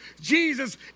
Jesus